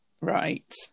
Right